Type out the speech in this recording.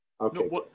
Okay